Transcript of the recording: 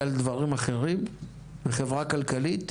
וחברה כלכלית